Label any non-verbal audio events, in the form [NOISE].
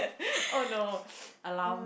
[LAUGHS] oh no [BREATH] alarm